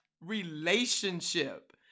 relationship